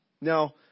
Now